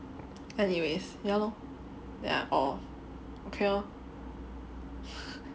anyways ya lor then I oh okay lor